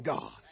God